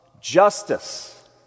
justice